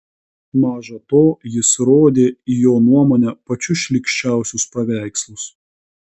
maža to jis rodė į jo nuomone pačius šlykščiausius paveikslus